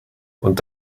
und